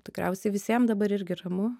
tikriausiai visiem dabar irgi ramu